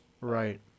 Right